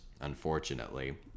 unfortunately